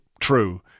true